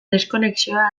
deskonexioa